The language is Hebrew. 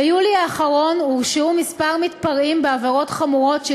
ביולי האחרון הורשעו כמה מתפרעים בעבירות חמורות של